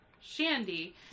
Shandy